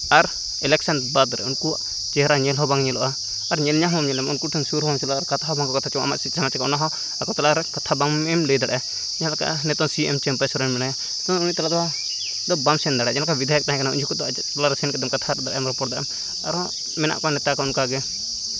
ᱟᱨ election ᱵᱟᱫᱽ ᱨᱮ ᱩᱱᱠᱩᱣᱟᱜ ᱪᱮᱦᱨᱟ ᱧᱮᱞ ᱵᱟᱝ ᱧᱮᱞᱮᱜᱼᱟ ᱟᱨ ᱧᱮᱞ ᱧᱟᱢ ᱦᱚᱸ ᱵᱟᱝ ᱧᱮᱞ ᱧᱟᱢᱚᱜᱼᱟ ᱩᱱᱠᱩ ᱴᱷᱮᱱ ᱥᱩᱨ ᱵᱟᱢ ᱪᱟᱞᱟᱜᱼᱟ ᱠᱟᱛᱷᱟ ᱦᱚᱸ ᱵᱟᱝ ᱠᱚ ᱠᱟᱛᱷᱟ ᱦᱚᱪᱚ ᱟᱢᱟ ᱟᱢᱟᱜ ᱪᱮᱫ ᱡᱟᱦᱟᱸ ᱪᱤᱠᱟᱹᱜᱼᱟ ᱚᱱᱟᱦᱚᱸ ᱟᱠᱚ ᱛᱟᱞᱟᱨᱮ ᱠᱟᱛᱷᱟ ᱵᱟᱝ ᱮᱢ ᱞᱟᱹᱭ ᱫᱟᱲᱮᱭᱟᱜᱼᱟ ᱡᱟᱦᱟᱸ ᱞᱮᱠᱟ ᱱᱤᱛᱚᱜ ᱥᱤ ᱮᱢ ᱪᱟᱹᱢᱯᱟᱹᱭ ᱥᱚᱨᱮᱱ ᱢᱮᱱᱟᱭᱟ ᱱᱤᱛᱚᱜ ᱩᱱᱤ ᱛᱟᱞᱟ ᱨᱮᱦᱚᱸ ᱵᱟᱢ ᱥᱮᱱ ᱫᱟᱲᱮᱭᱟᱜᱼᱟ ᱡᱮᱞᱮᱠᱟ ᱵᱤᱫᱷᱟᱭᱚᱠ ᱛᱟᱦᱮᱸ ᱠᱟᱱᱟᱭ ᱩᱱ ᱡᱚᱠᱷᱚᱱ ᱫᱚ ᱟᱡᱟᱜ ᱴᱚᱞᱟ ᱨᱮ ᱥᱮᱱ ᱠᱟᱛᱮᱫ ᱠᱟᱛᱷᱟ ᱫᱟᱲᱮᱭᱟᱜᱼᱟᱢ ᱨᱚᱯᱚᱲ ᱫᱟᱲᱮᱭᱟᱜᱼᱟᱢ ᱟᱨᱦᱚᱸ ᱢᱮᱱᱟᱜ ᱠᱚᱣᱟ ᱱᱮᱛᱟ ᱠᱚ ᱚᱱᱠᱟᱜᱮ